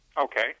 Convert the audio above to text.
Okay